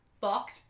fucked